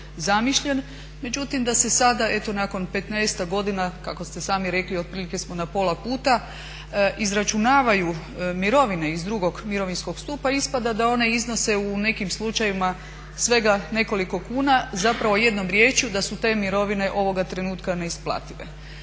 Međutim, da se sada eto nakon petnaestak godina kako ste sami rekli otprilike smo na pola puta izračunavaju mirovine iz drugog mirovinskog stupa ispada da one iznose u nekim slučajevima svega nekoliko kuna, zapravo jednom riječju da su te mirovine ovoga trenutka neisplative.